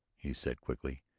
he said quickly,